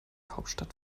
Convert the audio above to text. hauptstadt